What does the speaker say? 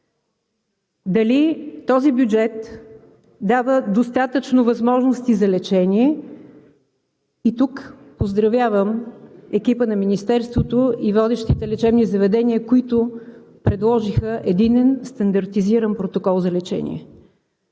дали този бюджет дава достатъчно възможности за лечение? И тук поздравявам екипа на Министерството и водещите лечебни заведения, които предложиха единен стандартизиран протокол за лечение.